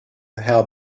help